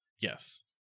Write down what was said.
yes